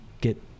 get